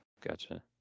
Gotcha